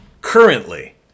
currently